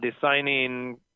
designing